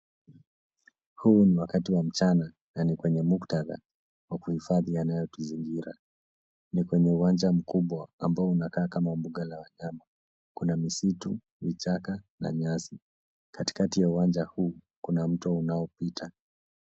Huu ni wakati wa mchana na ni kwenye muktadha wa kuhifadhi yanayotuzingira. Ni kwenye uwanja mkubwa ambao unakaa kama mbuga ya wanyama. Kuna misitu, michaka na nyasi. Katikati ya uwanja huu kuna mtu unaopita.